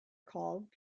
called